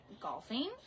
golfing